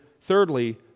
thirdly